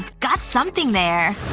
got something there.